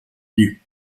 nus